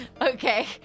Okay